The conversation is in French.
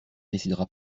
décidera